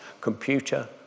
computer